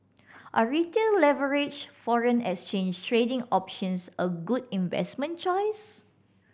are Retail leveraged foreign exchange trading options a good investment choice